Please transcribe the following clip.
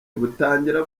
butangira